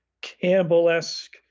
Campbell-esque